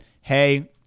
Hey